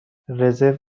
رزرو